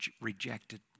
rejected